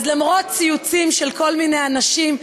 אז למרות ציוצים של כל מיני אנשים,